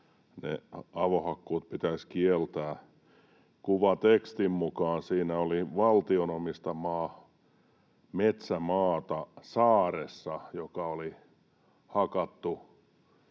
avohakkuut pitäisi kieltää. Kuvatekstin mukaan siinä oli valtion omistamaa metsämaata saaressa, joka oli hakattu